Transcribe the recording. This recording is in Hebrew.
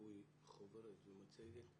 בליווי חוברת ומצגת,